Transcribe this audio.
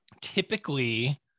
typically